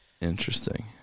Interesting